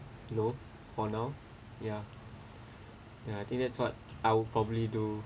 low for now ya ya I think that's what I would probably do